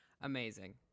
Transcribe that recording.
Amazing